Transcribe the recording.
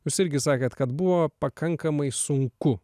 jūs irgi sakėt kad buvo pakankamai sunku